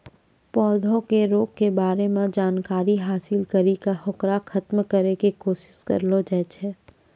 पौधा के रोग के बारे मॅ जानकारी हासिल करी क होकरा खत्म करै के कोशिश करलो जाय छै